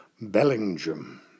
Bellingham